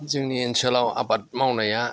जोंनि ओनसोलाव आबाद मावनाया